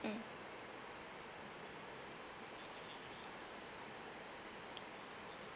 mm